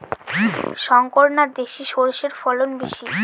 শংকর না দেশি সরষের ফলন বেশী?